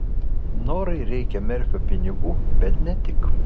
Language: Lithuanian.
norai reikia merfio pinigų bet ne tik